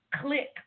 click